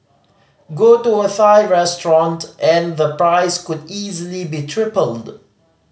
go to a Thai restaurant and the price could easily be tripled